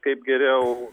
kaip geriau